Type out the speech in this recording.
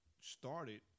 started